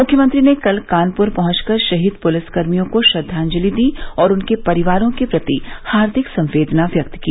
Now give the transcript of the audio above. मुख्यमंत्री ने कल कानपुर पहुंचकर शहीद पुलिसकर्मियों को श्रद्वांजलि दी और उनके परिवारों के प्रति हार्दिक संवेदना व्यक्त की